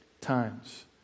times